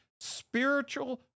spiritual